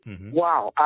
Wow